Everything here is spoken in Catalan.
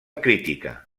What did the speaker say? crítica